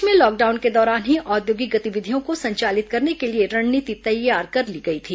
प्रदेश में लॉकडाउन के दौरान ही औद्योगिक गतिविधियों को संचालित करने के लिए रणनीति तैयार कर ली गई थी